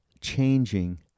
changing